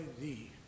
thee